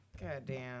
goddamn